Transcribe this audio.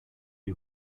die